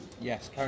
Yes